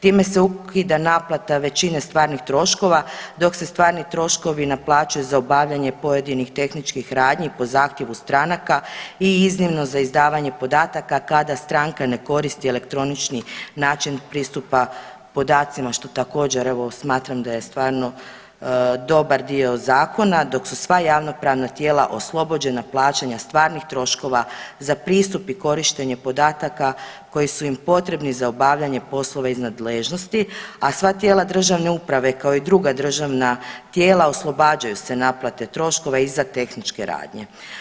Time se ukida naplata većine stvarnih troškova, dok se stvarni troškovi naplaćuju za obavljanje pojedinih tehničkih radnji po zahtjevu stranaka i iznimno za izdavanje podataka kada stranka ne koristi elektronični način pristupa podacima što također evo smatram da se stvarno dobar dio zakona, dok su sva javnopravna tijela oslobođena plaćanja stvarnih troškova za pristup i korištenje podataka koji su im potrebni za obavljanje poslova iz nadležnosti, a sva tijela državne uprave kao i druga državna tijela oslobađaju se naplate troškova i za tehničke radnje.